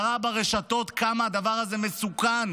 הסברה ברשתות כמה הדבר הזה מסוכן,